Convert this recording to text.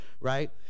right